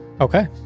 Okay